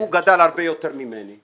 הוא גדל הרבה יותר ממני.